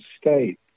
State